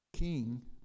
King